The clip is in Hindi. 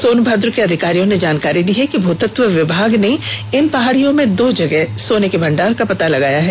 सोनभद्र के अधिकारियों ने जानकारी दी है कि भूतत्व विभाग ने इन पहाड़ियों में दो जगह सोने के भंडार का पता लगाया है